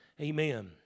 Amen